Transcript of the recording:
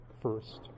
first